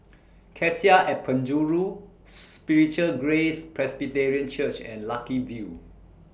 Cassia At Penjuru Spiritual Grace Presbyterian Church and Lucky View